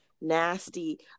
nasty